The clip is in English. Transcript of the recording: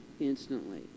Instantly